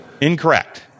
Incorrect